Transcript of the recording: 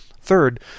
Third